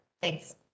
Thanks